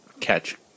catch